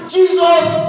Jesus